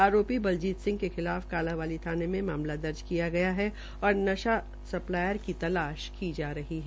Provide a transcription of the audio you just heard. आरोपी बलजीत सिंह ने खिलाफ कालांवाली थाने में मामला दर्ज किया गया है और नशा सप्लायर की तलाश की जा रही है